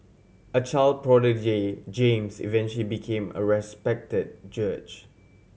a child prodigy James eventually became a respected judge